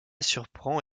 surprend